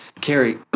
Carrie